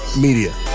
media